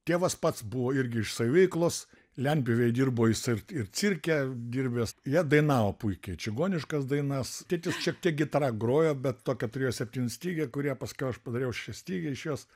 tėvas pats buvo irgi iš saviveiklos lentpjūvėj dirbo jis ir ir cirke dirbęs jie dainavo puikiai čigoniškas dainas tėtis šiek tiek gitara grojo bet tokią turėjo septynstygę kurią paskiau aš padariau šešiastygę iš jos